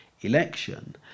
election